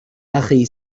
أخي